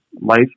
life